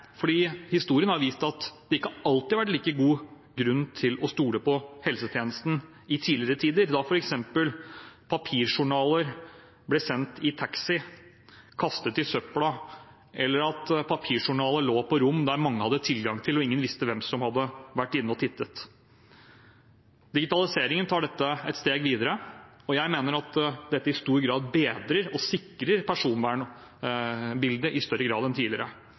historien har vist at det ikke alltid har vært like god grunn til å stole på helsevesenet i tidligere tider, da f.eks. papirjournaler ble sendt med taxi, kastet i søpla eller lå på rom der mange hadde tilgang og ingen visste hvem som hadde vært inne og tittet. Digitaliseringen tar dette et steg videre, og jeg mener at dette bedrer og sikrer personvernet i større grad enn tidligere.